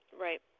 Right